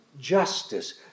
justice